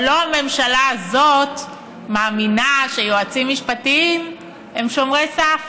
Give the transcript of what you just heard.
אבל הממשלה הזאת לא מאמינה שהיועצים המשפטיים הם שומרי סף.